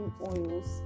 oils